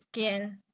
mm